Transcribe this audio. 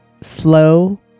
slow